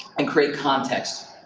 and create context,